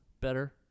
better